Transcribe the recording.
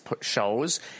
shows